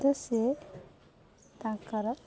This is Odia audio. ତ ସିଏ ତାଙ୍କର